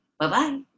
Bye-bye